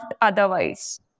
otherwise